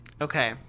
Okay